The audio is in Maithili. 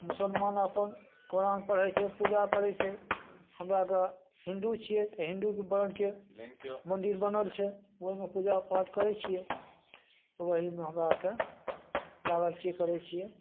मुसलमान अपन कुरान पढ़ै छै पूजा करै छै हमराके हिन्दू छियै तऽ हिन्दूके पालनके मन्दिर बनल छै ओहिमे पूजा पाठ करै छियै ओहीमे हमरा आरके लागल छियै करै छियै